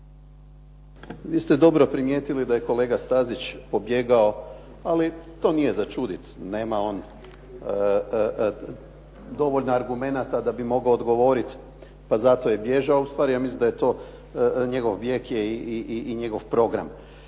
Vi ste dobro primijetili da je kolega Stazić pobjegao, ali to nije za čuditi. Nema on dovoljno argumenata da bi mogao odgovoriti pa zato je bježao. Ustvari, ja mislim da je to, njegov bijeg je i njegov program.